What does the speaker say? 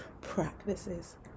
practices